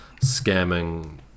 scamming